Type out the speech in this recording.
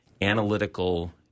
analytical